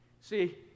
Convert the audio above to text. see